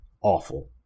awful